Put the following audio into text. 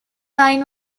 line